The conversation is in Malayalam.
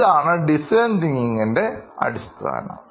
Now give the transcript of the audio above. ഇതാണ് Design Thinking അടിസ്ഥാനം